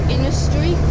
Industry